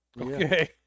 Okay